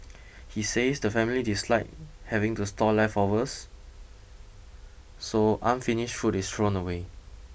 he says the family dislike having to store leftovers so unfinished food is thrown away